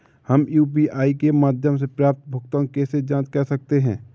हम यू.पी.आई के माध्यम से प्राप्त भुगतान की जॉंच कैसे कर सकते हैं?